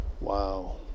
Wow